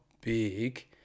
big